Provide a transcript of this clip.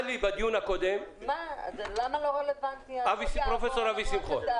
בדיון הקודם הגיע אליי פרופ' אבי שמחון,